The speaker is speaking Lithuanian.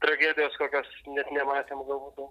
tragedijos kokios net nematėm galbūt nuo